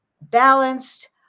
balanced